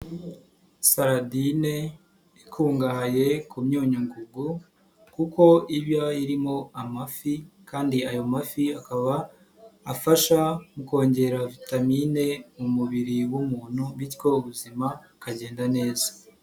Saradine ikungahaye ku myunyungugu kuko iba irimo amafi kandi ayo mafi akaba afasha mu kongera vitamine mu mubiri w'umuntu bityo ubuzima bukagenda neza.